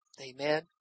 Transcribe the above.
Amen